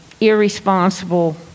irresponsible